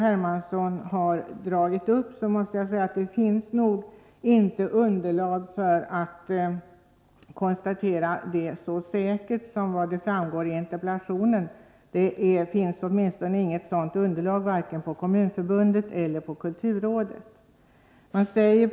Hermansson gör i interpellationen konstatera konsekvenserna av nedskärningarna. Något underlag för det finns i varje fall inte hos vare sig Kommunförbundet eller kulturrådet.